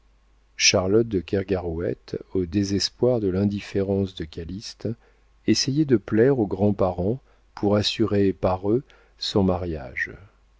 de kergarouët au désespoir de l'indifférence de calyste essayait de plaire aux grands parents pour assurer par eux son mariage